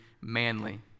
manly